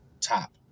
top